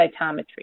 cytometry